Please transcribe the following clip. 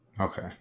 okay